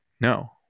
No